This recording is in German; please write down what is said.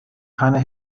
keine